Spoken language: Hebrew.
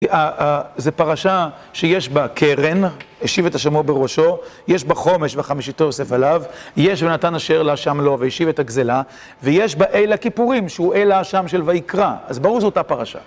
זו פרשה שיש בה קרן, השיב את אשמו בראשו, יש בה חומש וחמישיתו יוסף עליו, יש ונתן אשר לאשם לו וישיב את הגזלה, ויש בה אל הכיפורים שהוא אל האשם של ויקרא. אז ברור זו אותה פרשה.